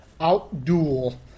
out-duel